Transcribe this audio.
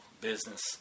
Business